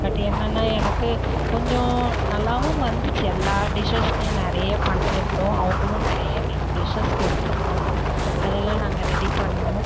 but என்னனால் எனக்கு கொஞ்சம் நல்லாவும் வந்துச்சு எல்லா டிஷ்ஷசுமே நிறைய பண்ணியிருந்தோம் அவங்களும் நிறைய எங்களுக்கு டிஷ்ஷஸ் கொடுத்துருந்தாங்க அதெலாம் நாங்கள் ரெடி பண்ணுனோம்